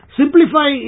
simplify